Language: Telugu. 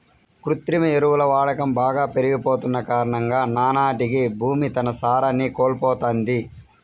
కృత్రిమ ఎరువుల వాడకం బాగా పెరిగిపోతన్న కారణంగా నానాటికీ భూమి తన సారాన్ని కోల్పోతంది